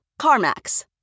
CarMax